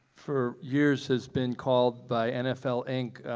for years has been called by nfl inc.